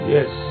Yes